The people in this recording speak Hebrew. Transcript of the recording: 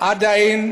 עדיין